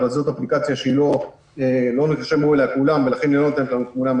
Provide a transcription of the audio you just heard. אבל זאת אפליקציה שלא שמעו עליה כולם ולכן היא לא נותנת לנו תמונה מלאה.